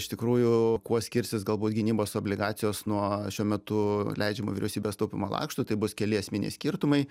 iš tikrųjų kuo skirsis galbūt gynybos obligacijos nuo šiuo metu leidžiamų vyriausybės taupymo lakštų tai bus keli esminiai skirtumai